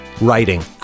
writing